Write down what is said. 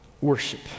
Worship